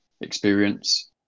experience